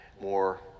more